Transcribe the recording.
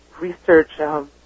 research